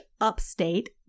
upstate